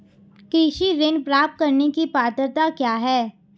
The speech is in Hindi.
कृषि ऋण प्राप्त करने की पात्रता क्या है?